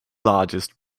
largest